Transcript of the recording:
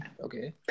Okay